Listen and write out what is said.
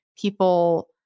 people